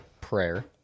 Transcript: prayer